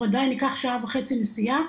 הוא עדיין ייקח שעה וחצי נסיעה,